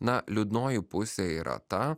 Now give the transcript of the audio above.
na liūdnoji pusė yra ta